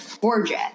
gorgeous